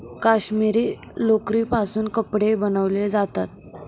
काश्मिरी लोकरीपासून कपडे बनवले जातात